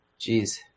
Jeez